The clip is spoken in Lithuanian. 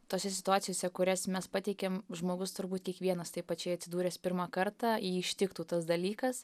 tose situacijose kurias mes pateikėm žmogus turbūt kiekvienas taip pačiai atsidūręs pirmą kartą jį ištiktų tas dalykas